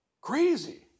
Crazy